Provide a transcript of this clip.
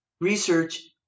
research